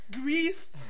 Greece